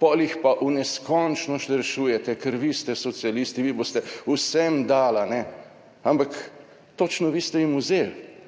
pol jih pa v neskončnost rešujete. Ker vi ste socialisti, vi boste vsem dali, ne, ampak točno vi ste jim vzeli.